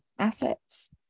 assets